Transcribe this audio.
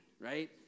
right